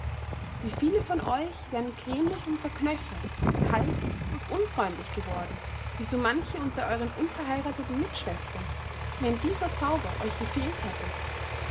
wie viele von euch wären grämlich und verknöchert kalt und unfreundlich geworden wie so manche unter euren unverheiratheten mitschwestern wenn dieser zauber euch gefehlt hätte